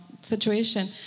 situation